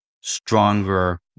stronger